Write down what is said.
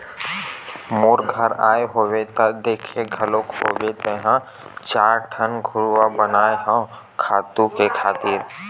मोर घर आए होबे त देखे घलोक होबे तेंहा चार ठन घुरूवा बनाए हव खातू करे खातिर